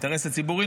האינטרס הציבורי,